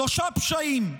שלושה פשעים: